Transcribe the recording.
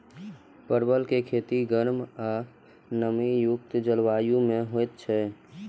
परवल के खेती गर्म आ नमी युक्त जलवायु मे होइ छै